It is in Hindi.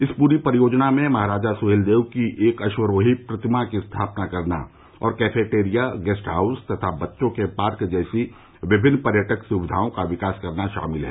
इस पूरी परियोजना में महाराजा सुहेलदेव की एक अश्वरोही प्रतिमा की स्थापना करना और कैफेटेरिया गेस्ट हाउस तथा बच्चों के पार्क जैसी विभिन्न पर्यटक सुविधाओं का विकास करना शामिल है